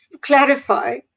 clarify